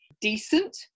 decent